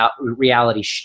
reality